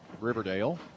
Riverdale